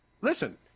listen